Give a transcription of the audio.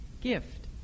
Gift